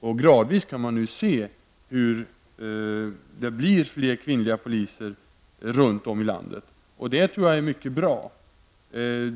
Man kan se att det nu gradvis blir fler kvinnliga poliser i landet. Det tror jag är mycket bra.